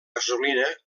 gasolina